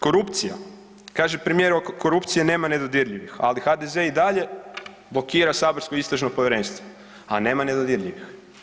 Korupcija, kaže premijer oko korupcije nema nedodirljivih, ali HDZ i dalje blokira saborsko istražno povjerenstvo, a nema nedodirljivih.